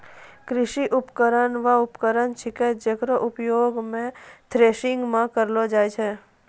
कृषि उपकरण वू उपकरण छिकै जेकरो उपयोग सें थ्रेसरिंग म करलो जाय छै